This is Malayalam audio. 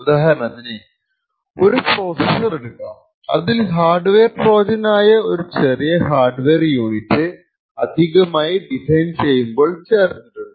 ഉദാഹരണത്തിന് ഒരു പ്രോസസ്സർ എടുക്കാം അതിൽ ഹാർഡ് വെയർ ട്രോജൻ ആയ ഒരു ചെറിയ ഹാർഡ് വെയർ യൂണിറ്റ് അധികമായി ഡിസൈൻ ചെയ്യുമ്പോൾ ചേർത്തിട്ടുണ്ട്